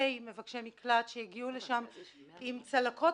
אלפי מבקשי מקלט שהגיעו לכאן עם צלקות